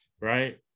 right